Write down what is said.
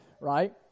Right